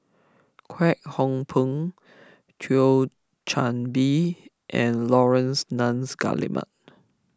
Kwek Hong Png Thio Chan Bee and Laurence Nunns Guillemard